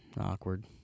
awkward